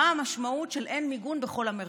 מה המשמעות של זה שאין מיגון בכל המרחב?